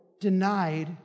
denied